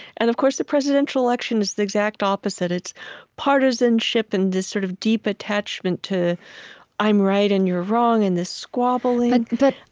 and of course the presidential election is the exact opposite. it's partisanship and this sort of deep attachment to i'm right and you're wrong. and the squabbling but,